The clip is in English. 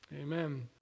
Amen